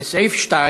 לסעיף 2